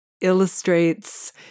illustrates